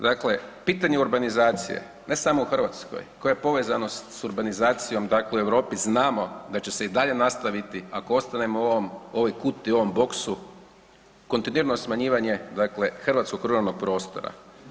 Dakle, pitanje urbanizacije ne samo u Hrvatskoj koje je povezano s urbanizacijom dakle u Europi znamo da će se i dalje nastaviti ako ostanemo u ovom, u ovoj kuti, u ovom boksu, kontinuirano smanjivanje dakle hrvatskog ruralnog prostora.